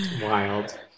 Wild